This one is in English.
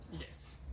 Yes